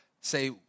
say